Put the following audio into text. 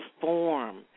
form